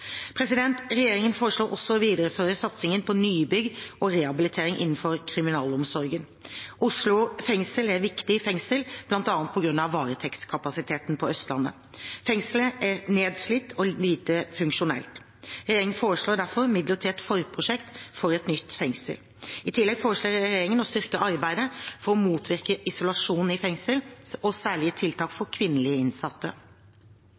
Regjeringen foreslår også å videreføre satsingen på nybygg og rehabilitering innenfor kriminalomsorgen. Oslo fengsel er et viktig fengsel, bl.a. på grunn av varetektskapasiteten på Østlandet. Fengselet er nedslitt og lite funksjonelt. Regjeringen foreslår derfor midler til et forprosjekt for et nytt fengsel. I tillegg foreslår regjeringen å styrke arbeidet for å motvirke isolasjon i fengsel og særlige tiltak